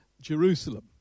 Jerusalem